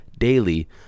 daily